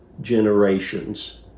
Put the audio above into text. generations